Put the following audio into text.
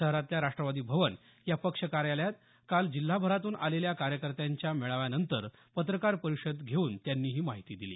शहरातल्या राष्ट्रवादी भवन या पक्ष कार्यालयात काल जिल्हाभरातून आलेल्या कार्यकत्यांच्या मेळाव्यानंतर पत्रकार परिषद घेऊन त्यांनी ही माहिती दिली